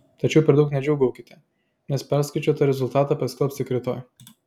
tačiau per daug nedžiūgaukite nes perskaičiuotą rezultatą paskelbs tik rytoj